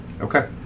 Okay